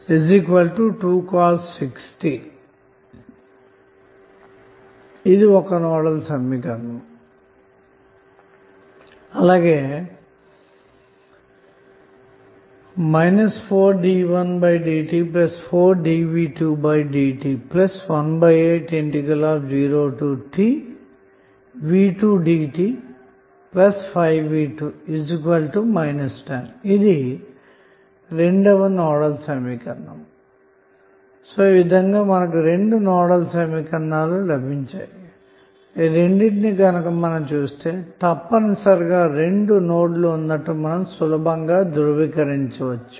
కాబట్టి మనకు రెండు నోడల్ సమీకరణాలు లభించాయి ఈ రెండిటిని చుసి ఖచ్చితంగా రెండు నోడ్ లు ఉన్నట్లు మనం ధృవీకరించవచ్చు